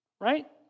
right